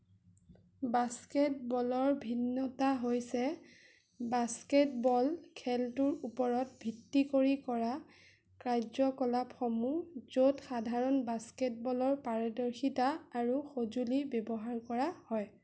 বাস্কেটবলৰ ভিন্নতা হৈছে বাস্কেটবল খেলটোৰ ওপৰত ভিত্তি কৰি কৰা কাৰ্য্যকলাপসমূহ য'ত সাধাৰণ বাস্কেটবলৰ পাৰদৰ্শিতা আৰু সঁজুলি ব্যৱহাৰ কৰা হয়